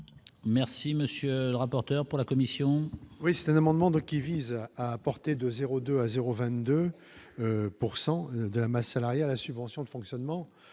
Merci, monsieur le rapporteur pour la commission. Oui, c'est un amendement de qui vise à porter de 0 2 à 0 22 pourcent de la masse salariale à subventions de fonctionnement